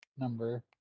Number